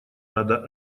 надо